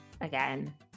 again